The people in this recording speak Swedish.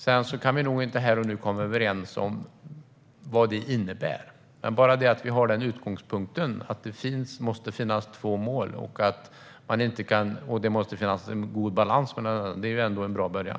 Sedan kan vi nog inte här och nu komma överens om vad det innebär. Men redan detta att vi har utgångspunkten att det måste finnas två mål och en god balans mellan dessa två är ändå en bra början.